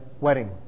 wedding